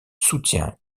soutient